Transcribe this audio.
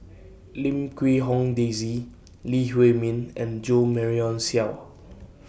Lim Quee Hong Daisy Lee Huei Min and Jo Marion Seow